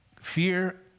Fear